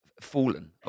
fallen